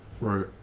Right